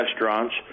restaurants